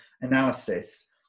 analysis